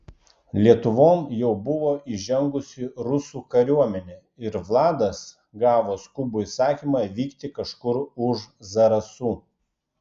lietuvon jau buvo įžengusi rusų kariuomenė ir vladas gavo skubų įsakymą vykti kažkur už zarasų